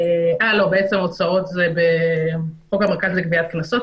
בעצם הוצאות זה בחוק המרכז לגביית קנסות,